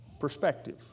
perspective